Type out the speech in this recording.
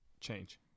change